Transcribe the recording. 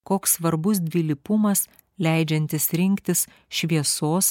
koks svarbus dvilypumas leidžiantis rinktis šviesos